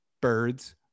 birds